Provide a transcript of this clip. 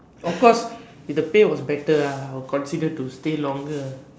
of course if the pay was better ah I will consider to stay longer